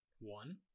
One